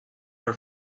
were